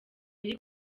iri